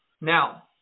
now